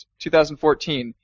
2014